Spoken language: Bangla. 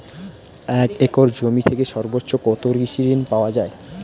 এক একর জমি থেকে সর্বোচ্চ কত কৃষিঋণ পাওয়া য়ায়?